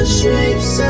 shapes